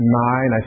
nine